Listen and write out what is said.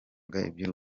iby’u